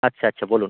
আচ্ছা আচ্ছা বলুন